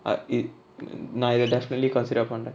uh it நா இத:na itha definitely considered பன்ர:panra